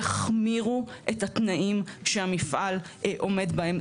יחמירו את התנאים שהמפעל עומד בהם,